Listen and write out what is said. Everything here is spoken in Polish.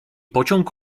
pociąg